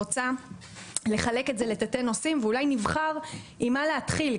אני רגע רוצה לחלק את זה לתתי-נושאים ואולי נבחר עם מה להתחיל,